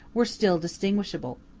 were still distinguishable.